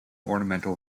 ornamental